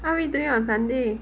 what are we doing on sunday